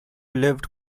lived